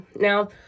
Now